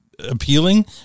Appealing